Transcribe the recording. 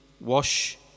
wash